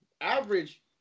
average